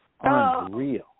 unreal